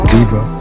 Diva